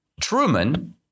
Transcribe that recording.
Truman